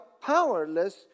powerless